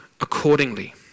accordingly